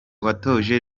watoje